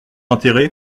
intérêt